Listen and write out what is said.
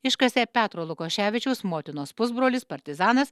iškasė petro lukoševičiaus motinos pusbrolis partizanas